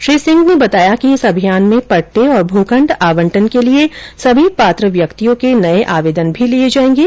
श्री सिंह ने बताया कि इस अभियान में पट्टे और भूखण्ड आवंटन के लिए सभी पात्र व्यक्तियों के नये आवेदन भी लिए जाएंगे